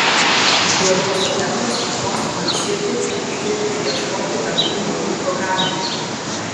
jo balso tembras glosto man širdį ir įkvepia ieškoti bendrų naujų programų